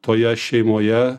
toje šeimoje